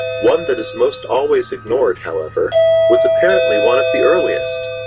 one that is most always ignored however was apparently one of the earliest,